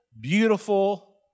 beautiful